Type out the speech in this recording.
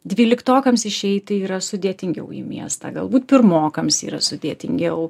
dvyliktokams išeiti yra sudėtingiau į miestą galbūt pirmokams yra sudėtingiau